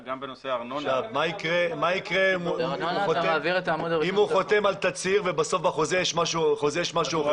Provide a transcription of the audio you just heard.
מה יקרה אם הוא חותם על תצהיר ובסוף בחוזה יש משהו אחר?